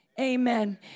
amen